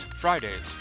Fridays